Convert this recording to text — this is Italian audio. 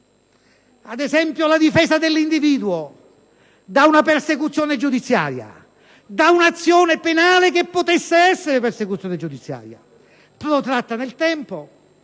ad esempio la difesa dell'individuo da una persecuzione giudiziaria, da un'azione penale che possa essere persecuzione giudiziaria protratta nel tempo.